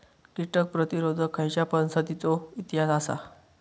कीटक प्रतिरोधक खयच्या पसंतीचो इतिहास आसा?